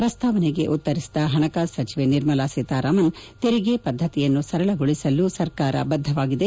ಪ್ರಸ್ತಾವನೆಗೆ ಉತ್ತರಿಸಿದ ಹಣಕಾಸು ಸಚಿವೆ ನಿರ್ಮಲಾ ಸೀತಾರಾಮನ್ ತೆರಿಗೆ ಪದ್ದತಿಯನ್ನು ಸರಳಗೊಳಿಸಲು ಸರ್ಕಾರ ಬದ್ದವಾಗಿದೆ